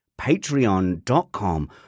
patreon.com